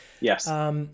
Yes